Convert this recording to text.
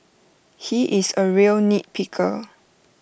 he is A real nitpicker